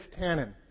Tannen